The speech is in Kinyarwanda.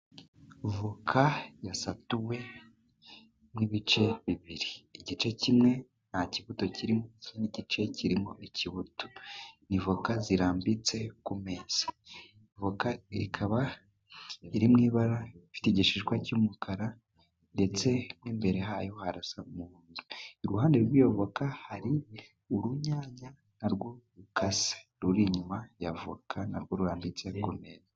Avoka yasatuwemo ibice bibiri, igice kimwe nta kibuto kirimo, ikindi gice kirimo ikibuto. Ni avoka zirambitse ku meza, Avoka ikaba iri mu ibara, ifite igishishwa cy'umukara, ndetse n'imbere hayo harasa umuhondo. Iruhande rw'iyo avoka hari urunyanya narwo rukase, ruri inyuma y'avoka, narwo rurambitse ku meza.